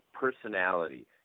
personality